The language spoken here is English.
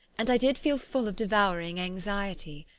and i did feel full of devouring anxiety.